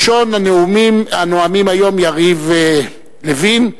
ראשון הנואמים היום הוא יריב לוין,